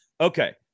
okay